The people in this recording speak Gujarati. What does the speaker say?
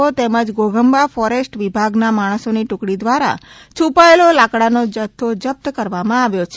ઓ તેમજ ઘોઘંબા ફોરેસ્ટ વિભાગના માણસોની ટુકડી દ્વારા છુપાયેલો લાકડાનો જપ્ત કરવામાં આવ્યો છે